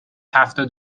هفتاد